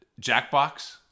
jackbox